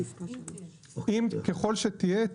אם וככל שתהיה,